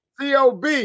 COB